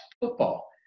football